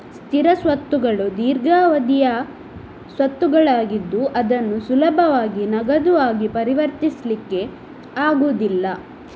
ಸ್ಥಿರ ಸ್ವತ್ತುಗಳು ದೀರ್ಘಾವಧಿಯ ಸ್ವತ್ತುಗಳಾಗಿದ್ದು ಅದನ್ನು ಸುಲಭವಾಗಿ ನಗದು ಆಗಿ ಪರಿವರ್ತಿಸ್ಲಿಕ್ಕೆ ಆಗುದಿಲ್ಲ